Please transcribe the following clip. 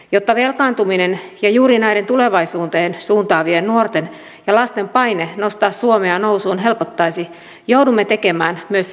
jotta velkaantuminen ja juuri näiden tulevaisuuteen suuntaavien nuorten ja lasten paine nostaa suomea nousuun helpottaisi joudumme tekemään myös vereslihalla päätöksiä